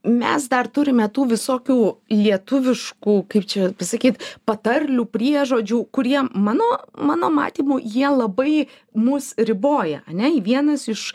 mes dar turime tų visokių lietuviškų kaip čia pasakyt patarlių priežodžių kurie mano mano matymu jie labai mus riboja ane į vienas iš